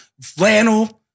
flannel